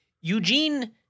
Eugene